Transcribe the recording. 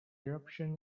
eruption